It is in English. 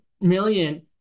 million